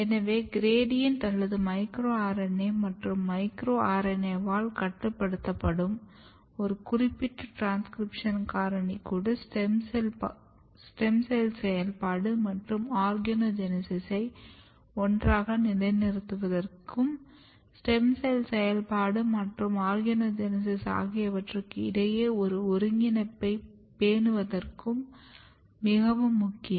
எனவே கிரேட்டியன்ட் அல்லது micro RNA மற்றும் மைக்ரோ RNAவால் கட்டுப்படுத்தப்படும் ஒரு குறிப்பிட்ட டிரான்ஸ்கிரிப்ஷன் காரணி கூட ஸ்டெம் செல் செயல்பாடு மற்றும் ஆர்கனோஜெனீசிஸை ஒன்றாக நிலைநிறுத்துவதற்கும் ஸ்டெம் செல் செயல்பாடு மற்றும் ஆர்கனோஜெனீசிஸ் ஆகியவற்றுக்கு இடையே ஒரு ஒருங்கிணைப்பைப் பேணுவதற்கும் மிகவும் முக்கியம்